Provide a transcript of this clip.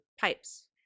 pipes